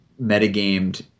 metagamed